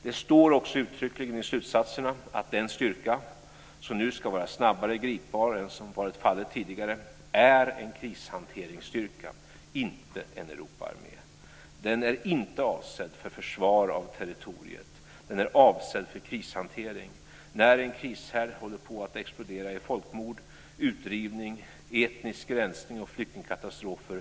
Det står också uttryckligen i slutsatserna att den styrka som nu ska vara snabbare gripbar än som har varit fallet tidigare är en krishanteringsstyrka, inte en Europaarmé. Den är inte avsedd för försvar av territoriet. Den är avsedd för krishantering när en krishärd håller på att explodera i folkmord, utdrivning, etnisk rensning och flyktingkatastrofer.